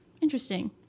interesting